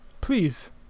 please